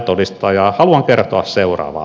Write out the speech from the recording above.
haluan kertoa seuraavaa